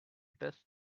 does